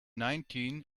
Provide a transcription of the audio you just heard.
nineteen